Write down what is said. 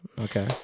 Okay